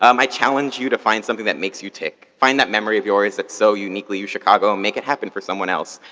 um i challenge you to find something that makes you tick. find that memory of yours that's so uniquely uchicago, make it happen for someone else.